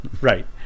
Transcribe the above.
Right